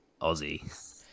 Aussie